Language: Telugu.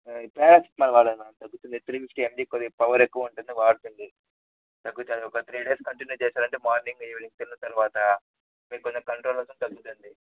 పారాసెటమోల్ వాడండి తగ్గుతుందిలే త్రీ ఫిఫ్టీ ఎంజి కొద్దిగా పవర్ ఎక్కువ ఉంటుంది వాడండి తగ్గుతుంది ఒక త్రీ డేస్ కంటిన్యూ చేశారంటే మార్నింగ్ ఈవినింగ్ తిన్న తరువాత మీరు కొంచెం కంట్రోల్ అవుతుంది తగ్గుతుంది